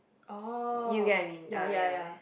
oh ya ya ya